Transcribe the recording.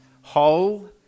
whole